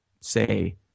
say